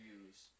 use